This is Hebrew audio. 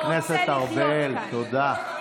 חבר הכנסת ארבל, תודה.